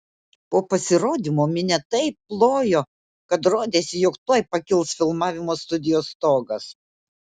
po pasirodymo minia taip plojo kad rodėsi jog tuoj pakils filmavimo studijos stogas